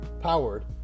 Powered